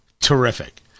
terrific